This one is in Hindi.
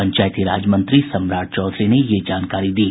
पंचायती राज मंत्री सम्राट चौधरी ने यह जानकारी दी